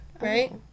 Right